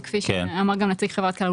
שכפי שאמר גם נציג חברת כלל,